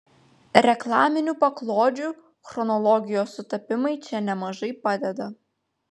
reklaminių paklodžių chronologijos sutapimai čia nemažai padeda